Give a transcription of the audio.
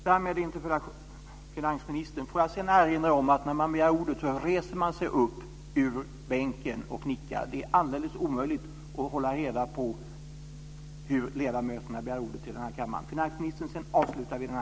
Får jag erinra om att när man begär ordet reser man sig upp ur bänken och nickar. Det är alldeles omöjligt att hålla reda på hur ledamöterna begär ordet i kammaren.